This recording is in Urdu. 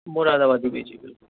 مرادآبادی بھی ہے جی بالکل